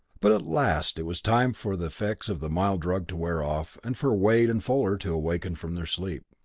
but at last it was time for the effects of the mild drug to wear off, and for wade and fuller to awaken from their sleep.